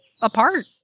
apart